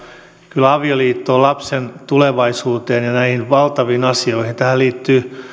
kyllä avioliitto on lapsen tulevaisuuteen liittyvä ja näitä valtavia asioita tähän liittyy